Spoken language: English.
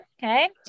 Okay